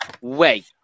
wait